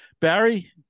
Barry